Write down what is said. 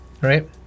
right